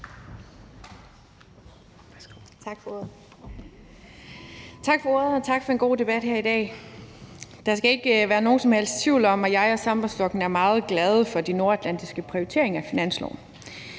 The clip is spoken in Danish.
Tak for ordet, og tak for en god debat her i dag. Der skal ikke være nogen som helst tvivl om, at jeg og Sambandsflokkurin er meget glade for de nordatlantiske prioriteringer i finansloven,